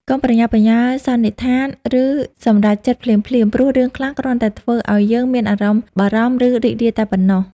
កុំប្រញាប់ប្រញាល់សន្និដ្ឋាន ឬសម្រេចចិត្តភ្លាមៗ ព្រោះរឿងខ្លះ គ្រាន់តែធ្វើអោយយើងមានអារម្មណ៍បារម្ភ ឬរីករាយតែប៉ុណ្ណោះ។